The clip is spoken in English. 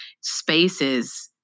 spaces